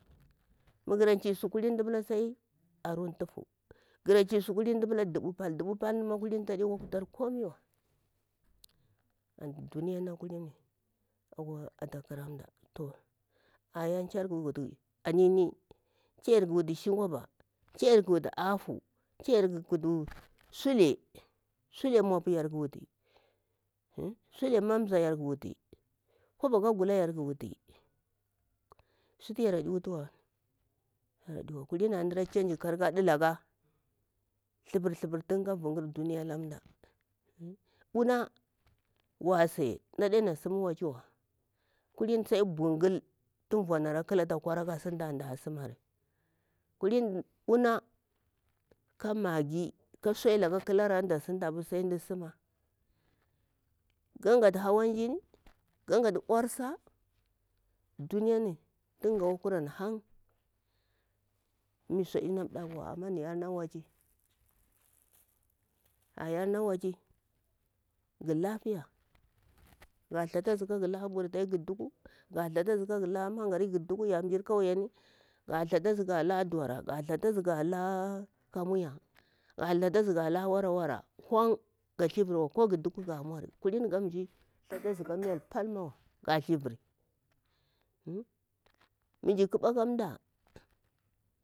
Mu ga ra chisu mda pila aru tufu gara chisu mda pila mda pila dubu pal mda pila dubu palni ma faɗa kwa komai wa duniya na kulmi kowa tata ƙaramda, ayanu cayanu ƙah wutu anini chayaru ka wutu shin kwaba chayaru ƙa wutu afu sule sule mopu, sule mamza yarku wuti kwaba ka gula yarku wuti suku yar ɗi wutuwa adiwa, kuliri antu mdara chanji karkaɗu laka thapur thapur tuka vunƙir duniya ala mda una wase mda ade a simni wa kuhini sai bungul natu vua dana ƙalata kwata kada sinta antu mda simari kaliri una ka maggi suyar laka ƙalara sai mda suma ga ghatu hawan jini ga ghatu ursa duniya ni tun ghawakur an hang mi sudina dakkuwa amma niyar na waci a yar na waci ga lapiya ga thatazi kara la buratai gha duku ga thazi kara la mangari ga duku ayari mjir kwaye ni ga thatazi ga la dora ga la kamuya ga thatozi ga la wara wara kung ga duku ga thivirwa koga duku ga mauri kulini gazi thatazi kamite palwa ga thiviri mijir ƙaɓa kamda.